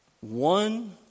one